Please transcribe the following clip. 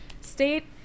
state